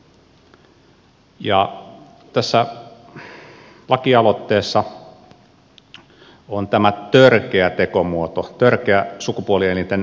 tässä lakialoitteessa on tämä törkeä tekomuoto törkeä sukupuolielinten silpominen